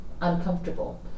uncomfortable